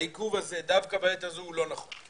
העיכוב הזה דווקא בעת הזו הוא לא נכון.